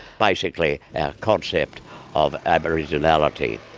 basically our concept of aboriginality.